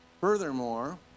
Furthermore